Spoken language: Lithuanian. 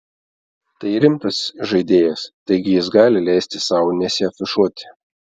tai rimtas žaidėjas taigi jis gali leisti sau nesiafišuoti